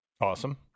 awesome